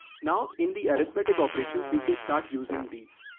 now in the arithmetic operations, we can start using these.